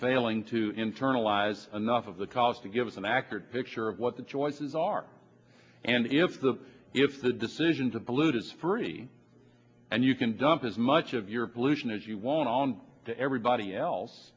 failing to internalize enough of the cost to give us an accurate sure of what the choices are and if the if the decisions of polluters ferdie and you can dump as much of your pollution as you want on to everybody else